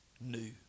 new